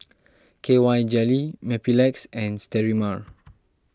K Y Jelly Mepilex and Sterimar